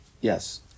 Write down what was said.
yes